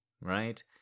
right